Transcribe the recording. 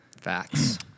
facts